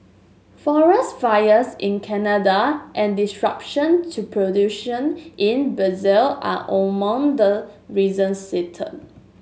forest fires in Canada and disruption to production in Brazil are among the reasons